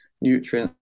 nutrients